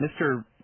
Mr